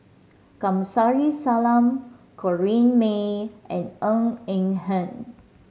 Kamsari Salam Corrinne May and Ng Eng Hen